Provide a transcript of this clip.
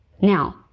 Now